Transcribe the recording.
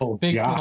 big